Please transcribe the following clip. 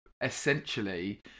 essentially